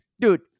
Dude